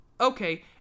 Okay